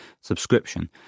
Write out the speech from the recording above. subscription